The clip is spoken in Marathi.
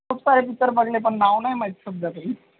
खूप सारे पिच्चर बघले पण नाव नाही माहीत सध्या तरी